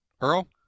Earl